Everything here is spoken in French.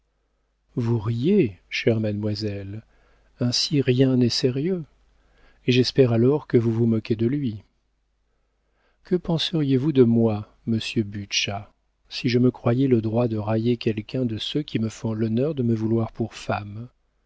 vous riez chère mademoiselle ainsi rien n'est sérieux et j'espère alors que vous vous moquez de lui que penseriez-vous de moi monsieur butscha si je me croyais le droit de railler quelqu'un de ceux qui me font l'honneur de me vouloir pour femme